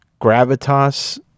gravitas